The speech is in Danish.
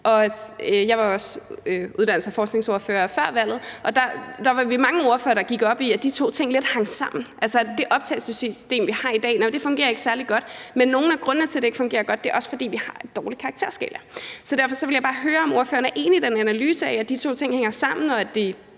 Jeg var også uddannelses- og forskningsordfører før valget, og der var vi mange ordførere, der gik op i, at de to ting lidt hang sammen. Altså, det optagelsessystem, vi har i dag, fungerer ikke særlig godt, og en af grundene til, at det ikke fungerer særlig godt, er, at vi har en dårlig karakterskala. Så derfor vil jeg bare høre, om ordføreren er enig i den analyse, nemlig at de to ting hænger sammen, og at det,